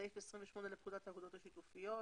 סעיף 28 לפקודת האגודות השיתופיות.